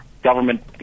government